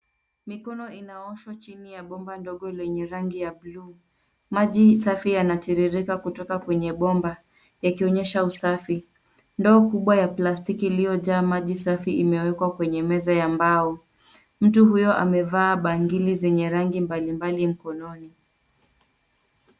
Mikono inaoshwa chini ya bomba ndogo lenye rangi ya bluu, maji safi yanatiririka kutoka kwenye bomba yakionyesha usafi. Ndoo kubwa ya plastiki iliyo jaa maji safi imewekwa kwenye meza ya mbao, mtu huyo amevaa bangili zenye rangi mbali mbali mkononi.